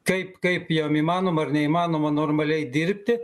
taip kaip jam įmanoma ar neįmanoma normaliai dirbti